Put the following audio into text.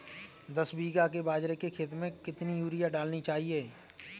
दस बीघा के बाजरे के खेत में कितनी यूरिया डालनी चाहिए?